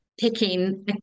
picking